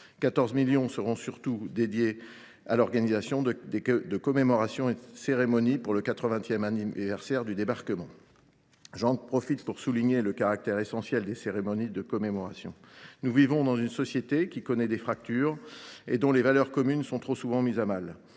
14 millions d’euros seront dédiés à l’organisation de commémorations et de cérémonies pour le quatre vingtième anniversaire des débarquements et de la Libération. J’en profite pour souligner le caractère essentiel des cérémonies de commémoration. Nous vivons dans une société qui connaît des fractures et dont les valeurs communes sont trop souvent mises à mal.